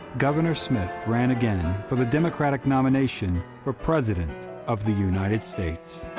governor smith ran again for the democratic nomination for president of the united states.